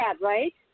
right